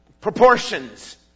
proportions